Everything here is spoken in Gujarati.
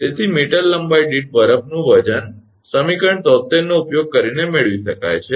તેથી મીટર લંબાઈ દીઠ બરફનું વજન સમીકરણ 73 નો ઉપયોગ કરીને મેળવી શકાય છે